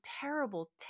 terrible